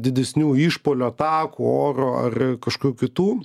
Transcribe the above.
didesnių išpuolių atakų oro ar kažkokių kitų